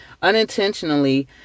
Unintentionally